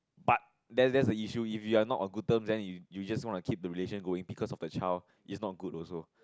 but that that's a issue if you are not a good term then you you just want to keep the relation going because of the child is not good also